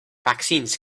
vaccines